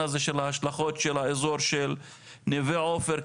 הזה של ההשלכות של האזור של נווה עופר,